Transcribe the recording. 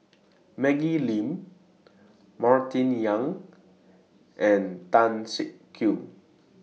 Maggie Lim Martin Yan and Tan Siak Kew